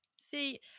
See